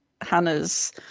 Hannah's